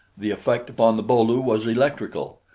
the effect upon the bo-lu was electrical.